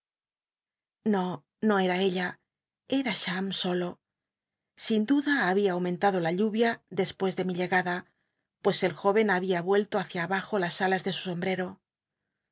no no era ella era cham solo sin duda habia aumentado la lluvia despucs de mi llegada puc el jó en habia yuelto h ieia abajo las alas de su solllbl'cro